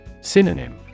Synonym